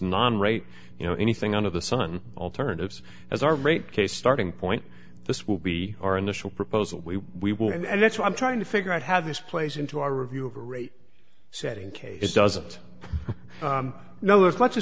non rate you know anything out of the sun alternatives as our rate case starting point this will be our initial proposal we we will and that's why i'm trying to figure out how this plays into our review of a rate setting case it doesn't no there is much a